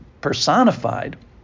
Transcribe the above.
personified